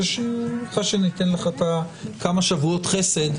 אחרי שניתן לך כמה שבועות חסד,